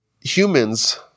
humans